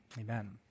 amen